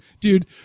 Dude